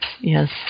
yes